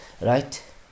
right